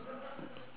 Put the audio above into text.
but I know that